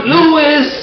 Lewis